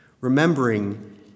Remembering